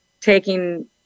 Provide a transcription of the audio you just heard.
taking